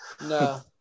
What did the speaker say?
No